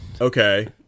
okay